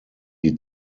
die